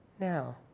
Now